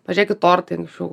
pažiūrėkit tortai anksčiau